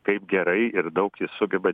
kaip gerai ir daug jis sugeba